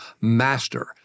master